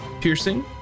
piercing